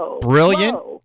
brilliant